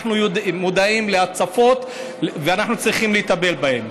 אנחנו מודעים להצפות ואנחנו צריכים לטפל בהן.